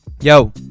yo